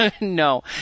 no